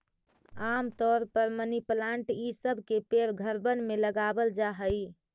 आम तौर पर मनी प्लांट ई सब के पेड़ घरबन में लगाबल जा हई